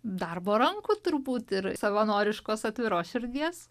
darbo rankų turbūt ir savanoriškos atviros širdies